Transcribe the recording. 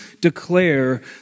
declare